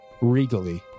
regally